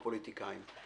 הפוליטיקאים.